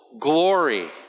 glory